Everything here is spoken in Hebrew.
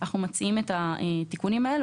אנחנו מציעים את התיקונים האלה,